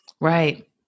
right